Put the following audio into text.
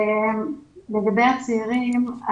לגבי הצעירים.